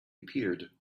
appeared